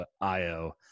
io